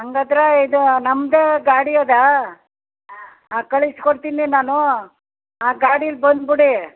ಹಂಗಾದ್ರೆ ಇದು ನಮ್ಮದೇ ಗಾಡಿ ಇದೆ ಕಳಿಸಿಕೊಡ್ತೀನಿ ನಾನು ಆ ಗಾಡೀಲ್ಲಿ ಬಂದುಬಿಡಿ